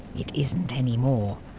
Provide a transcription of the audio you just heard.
it isn't anymore.